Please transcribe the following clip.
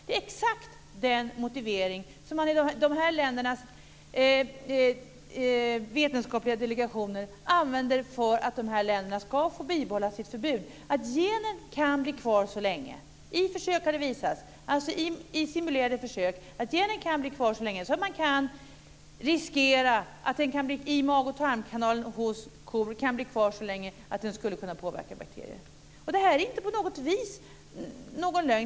Det är exakt den motivering som de här ländernas vetenskapliga delegationer använder för att de här länderna ska få bibehålla sitt förbud. I simulerade försök har det visats att man riskerar att den kan bli kvar så länge i mag-tarmkanalen hos kor att den skulle kunna påverka bakterier. Det är inte på något vis någon lögn.